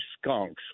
skunks